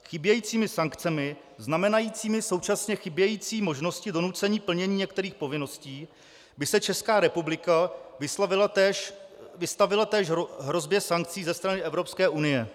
Chybějícími sankcemi znamenajícími současně chybějící možnosti donucení k plnění některých povinností by se Česká republika vystavila též hrozbě sankcí ze strany Evropské unie.